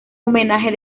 homenaje